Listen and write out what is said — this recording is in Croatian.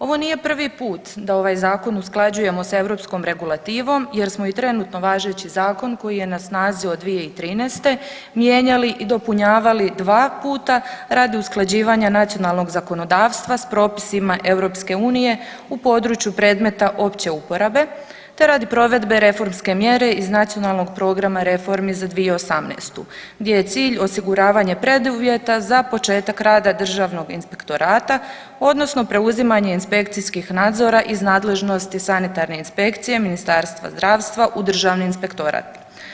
Ovo nije prvi put da ovaj zakon usklađujemo sa europskom regulativom jer smo i trenutno važeći zakon koji je na snazi od 2013. mijenjali i dopunjavali 2 puta radi usklađivanja nacionalnog zakonodavstva s propisima EU u području predmeta opće uporabe te radi provedbe reformske mjere iz Nacionalnog programa reformi za 2018. gdje je cilj osiguravanje preduvjeta za početak rada Državnog inspektorata odnosno preuzimanje inspekcijskih nadzora iz nadležnosti sanitarne inspekcije Ministarstva zdravstva u Državni inspektorat.